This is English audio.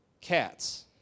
cats